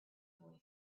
boy